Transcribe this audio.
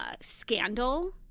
scandal